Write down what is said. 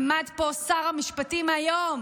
עמד פה שר המשפטים היום